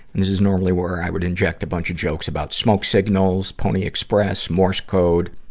this is normally where i would inject a bunch of jokes about smoke signals, pony express, morse code,